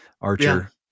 archer